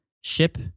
Ship